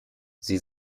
sie